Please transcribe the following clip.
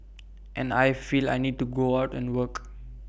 and I feel I need to go out and work